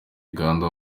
uganda